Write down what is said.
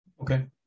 Okay